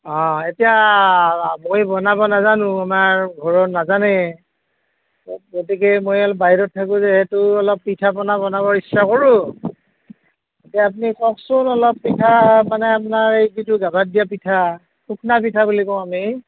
অঁ এতিয়া মই বনাব নাজানো আমাৰ ঘৰত নাজানে গতিকে মই বাহিৰত থাকোতে সেইটো অলপ পিঠা পনা বনাব ইচ্ছা কৰোঁ এতিয়া আপুনি কওকচোন অলপ পিঠা মানে আপোনাৰ যিটো গাভাত দিয়া পিঠা শুখনা পিঠা বুলি কওঁ আমি